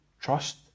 trust